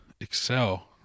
excel